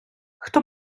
хто